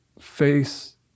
face